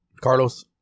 Carlos